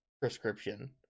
prescription